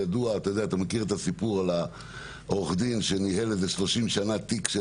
מכיר את הסיפור על העורך- דין שניהל במשך 30 שנה תיק של